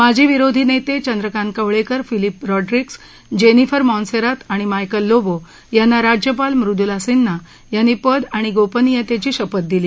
माजी विरोधी पक्ष नेते चंद्रकांत कवळेकर फिलिफ रॉड्रीग्ज जेनिफर मॉन्सेरात आणि मायकल लोबो यांना राज्यपाल मृदूला सिन्हा यांनी पद आणि गोपनियतेची शपथ दिली